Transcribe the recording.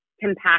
compact